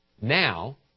now